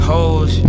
Hoes